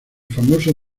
famoso